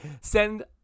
send